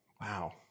Wow